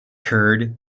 curd